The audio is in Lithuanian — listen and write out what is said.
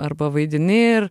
arba vaidini ir